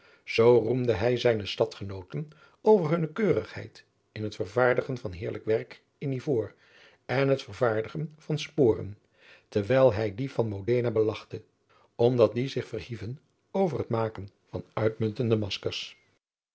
zoo roemde hij zijne stadgenooten over hunne keurigheid in het vervaardigen van heerlijk werk in ivoor en het vervaardigen van sporen terwijl hij die van modena belachte omdat die zich verhieven over het maken van uitmuntende maskers